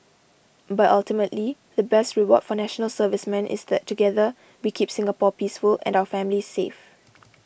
but ultimately the best reward for National Servicemen is that together we keep Singapore peaceful and our families safe